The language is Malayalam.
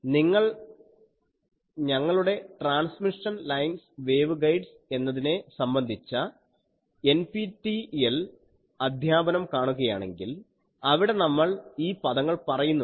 നിങ്ങൾ ഞങ്ങളുടെ ട്രാൻസ്മിഷൻ ലൈൻസ് വേവ്ഗൈഡ്സ് എന്നതിനെ സംബന്ധിച്ച എൻപിടിഎൽ അധ്യാപനം കാണുകയാണെങ്കിൽ അവിടെ നമ്മൾ ഈ പദങ്ങൾ പറയുന്നുണ്ട്